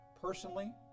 personally